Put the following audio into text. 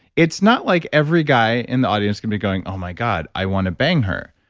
it's not like every guy in the audience can be going, oh my god, i want to bang her.